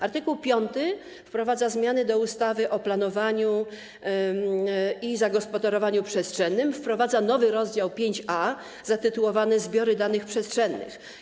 Art. 5 przewiduje zmiany do ustawy o planowaniu i zagospodarowaniu przestrzennym, wprowadza nowy rozdział 5a zatytułowany „Zbiory danych przestrzennych”